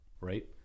Right